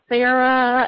Sarah